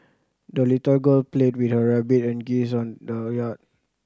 the little girl played with her rabbit and geese on the yard